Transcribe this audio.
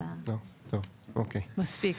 מספיק.